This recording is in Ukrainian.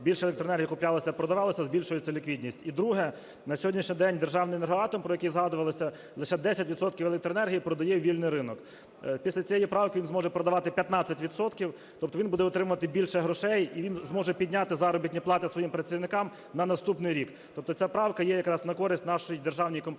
більше електроенергії куплялося-продавалося, збільшується ліквідність; і друга – на сьогоднішній день державний "Енергоатом", про який згадувалося, лише 10 відсотків електроенергії продає у вільний ринок. Після цієї правки він зможе продавати 15 відсотків, тобто він буде отримувати більше грошей і він зможе підняти заробітні плати своїм працівникам на наступний рік. Тобто ця правка є якраз на користь нашій державній компанії